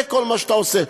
זה כל מה שאתה עושה.